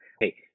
Hey